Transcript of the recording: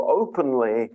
openly